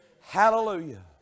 Hallelujah